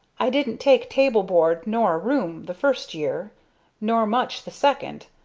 i didn't take table-board nor a room the first year nor much the second.